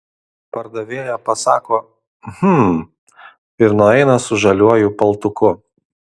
pardavėja pasako hm ir nueina su žaliuoju paltuku